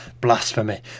Blasphemy